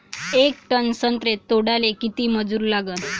येक टन संत्रे तोडाले किती मजूर लागन?